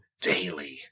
daily